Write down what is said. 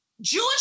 Jewish